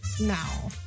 now